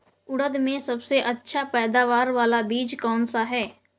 उड़द में सबसे अच्छा पैदावार वाला बीज कौन सा है?